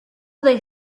they